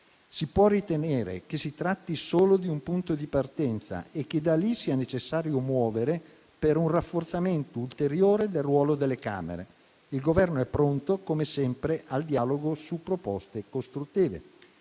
Si può ritenere che si tratti solo di un punto di partenza e che da lì sia necessario muovere per un rafforzamento ulteriore del ruolo delle Camere. Il Governo è pronto al dialogo, come sempre, su proposte costruttive.